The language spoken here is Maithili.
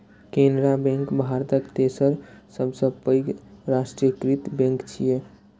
केनरा बैंक भारतक तेसर सबसं पैघ राष्ट्रीयकृत बैंक छियै